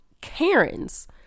Karens